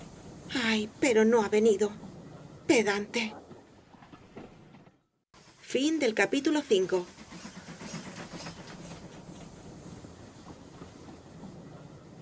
ay pero no ha venido pedante